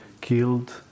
killed